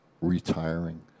retiring